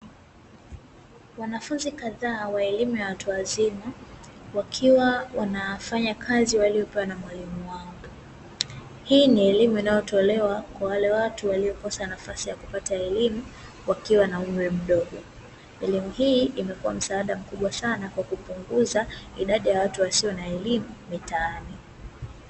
Wanafunzi kadhaa wa elimu ya watu wazima wakiwa wanafanya kazi waliyopewa na walimu wao, hii ni elimu inayotolewa kwa wale watu waliokosa nafasi ya kupata elimu wakiwa na umri mdogo, elimu hii imekuwa msaada mkubwa sana kwa kupunguza idadi ya watu wasio na elimu mitaani.